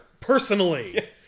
Personally